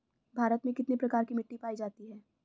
भारत में कितने प्रकार की मिट्टी पाई जाती हैं?